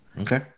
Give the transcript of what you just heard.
Okay